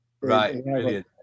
Right